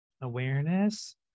awareness